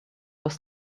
was